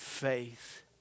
faith